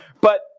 But-